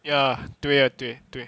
ya 对对对